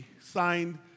signed